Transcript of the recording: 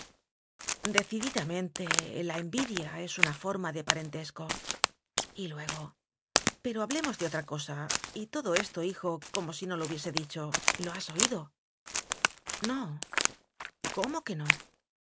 decididamente la envidia es una forma de parentesco y luego pero hablemos de otra cosa y todo esto hijo como si no lo hubiese dicho lo has oído no cómo que no